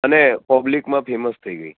અને પબ્લિકમાં ફેમસ થઈ ગઈ